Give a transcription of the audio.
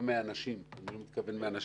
לא מהאנשים אני לא מתכוון מאנשים,